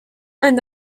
and